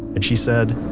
and she said,